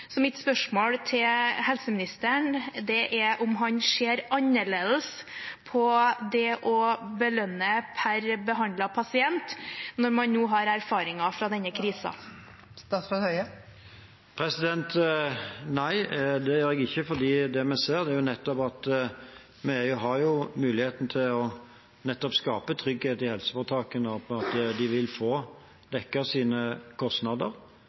mitt spørsmål til helseministeren er om han ser annerledes på det å belønne per behandlet pasient når man nå har erfaringer fra denne krisen. Nei, det gjør jeg ikke, for det vi ser, er jo nettopp at vi har muligheten til å skape trygghet i helseforetakene ved at de vil få dekket sine kostnader.